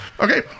okay